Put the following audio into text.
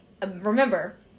remember